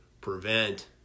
prevent